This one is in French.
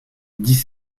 dix